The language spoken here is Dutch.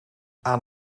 aan